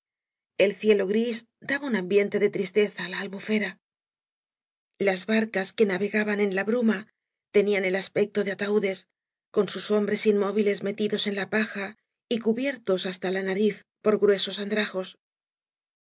el cielo gris daba un ambiente de tristeza á la albufera las barcas que na regaban en la bruma tenían el aspecto de ataúdes con sus hombres inmóviles metidos en la paja y cubiertos hasta la nariz por gruesos andrajos